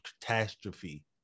catastrophe